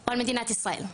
או על מדינת ישראל?